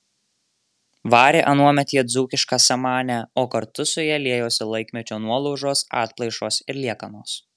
varė anuomet jie dzūkišką samanę o kartu su ja liejosi laikmečio nuolaužos atplaišos ir liekanos